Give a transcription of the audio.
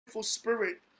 spirit